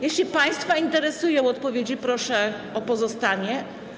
Jeśli państwa interesują odpowiedzi, proszę o pozostanie.